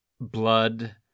blood